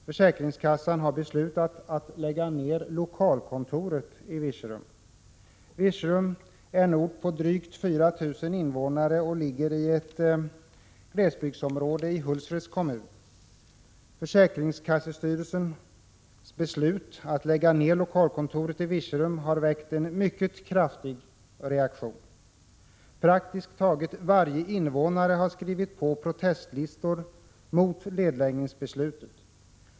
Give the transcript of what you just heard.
Försäkringskassan har beslutat att lägga ned lokalkontoret i Virserum, som är en ort på drygt 4 000 invånare och ligger i ett glesbygdsområde i Hultsfreds kommun. Försäkringskassestyrelsens beslut att lägga ned lokalkontoret i Virserum har väckt en mycket kraftig reaktion. Praktiskt taget varje invånare har skrivit på protestlistor mot nedläggningsbeslutet.